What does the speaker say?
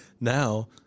now